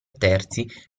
terzi